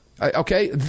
Okay